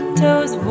toes